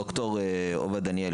ד"ר עובד דניאל,